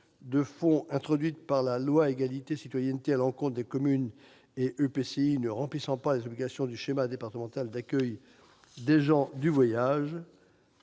de fonds introduite par la loi Égalité et citoyenneté à l'encontre des communes et EPCI ne remplissant pas les obligations du schéma départemental d'accueil des gens du voyage.